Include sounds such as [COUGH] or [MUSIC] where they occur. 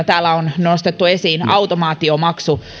[UNINTELLIGIBLE] täällä on nostettu esiin automaatiomaksu